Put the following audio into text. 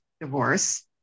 divorce